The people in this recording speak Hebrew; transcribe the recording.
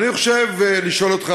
אני חושב לשאול אותך,